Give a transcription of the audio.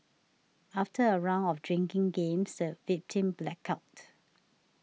after a round of drinking games the victim blacked out